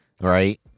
right